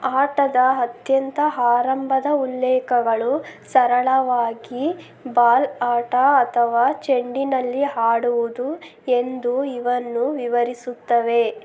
ಆಟದ ಅತ್ಯಂತ ಆರಂಭದ ಉಲ್ಲೇಖಗಳು ಸರಳವಾಗಿ ಬಾಲ್ ಆಟ ಅಥವಾ ಚೆಂಡಿನಲ್ಲಿ ಆಡುವುದು ಎಂದು ಇವನ್ನು ವಿವರಿಸುತ್ತವೆ